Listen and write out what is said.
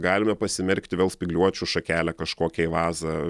galime pasmerkti vėl spygliuočių šakelę kažkokią į vazą